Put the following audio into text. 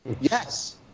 Yes